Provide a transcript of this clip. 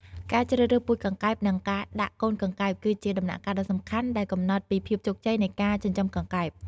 ការជ្រើសរើសពូជកង្កែប និង ការដាក់កូនកង្កែប គឺជាដំណាក់កាលដ៏សំខាន់ដែលកំណត់ពីភាពជោគជ័យនៃការចិញ្ចឹមកង្កែប។